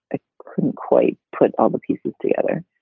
i couldn't quite put all the pieces together.